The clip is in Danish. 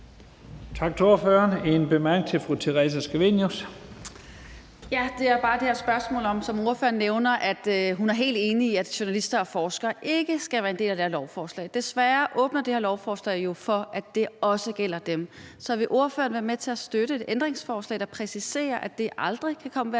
Tak til ordføreren. Der er en kort bemærkning til fru Theresa Scavenius. Kl. 15:56 Theresa Scavenius (UFG): Det første spørgsmål er i forbindelse med det, ordføreren nævner, nemlig at hun er helt enig i, at journalister og forskere ikke skal være en del af det her lovforslag. Desværre åbner det her lovforslag for, at det også gælder dem. Så vil ordføreren være med til at støtte et ændringsforslag, der præciserer, at det aldrig kan være